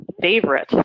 favorite